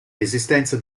resistenza